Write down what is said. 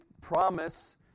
promise